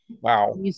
Wow